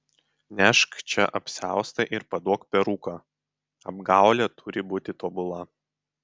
nešk čia apsiaustą ir paduok peruką apgaulė turi būti tobula